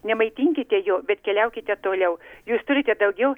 nemaitinkite jo bet keliaukite toliau jūs turite daugiau